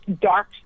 dark